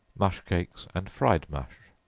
mush cakes, and fried mush.